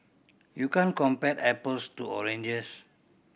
you can't compare apples to oranges